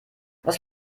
was